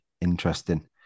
Interesting